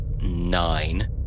nine